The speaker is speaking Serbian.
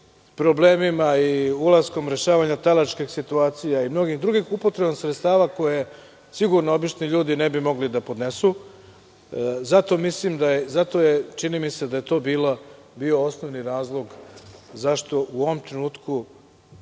problemima i ulaskom rešavanja talačkih situacija i mnogih drugih upotrebom sredstava koje sigurno obični ljudi ne bi mogli da podnesu. To je, čini mi se, bio osnovni razlog zašto u ovom trenutku